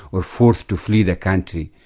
or forced to flee the country.